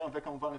וכמובן לפקח.